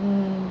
mm